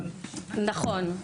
לא,